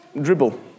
dribble